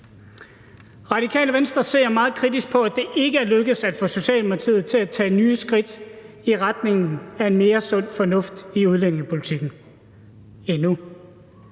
Radikale Venstre ser meget kritisk på, at det ikke er lykkedes at få Socialdemokratiet til at tage nye skridt i retningen af mere sund fornuft i udlændingepolitikken – endnu.